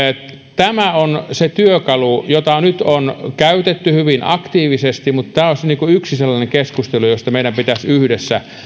tämä on se työkalu jota nyt on käytetty hyvin aktiivisesti mutta tämä olisi yksi sellainen asia josta meidän pitäisi yhdessä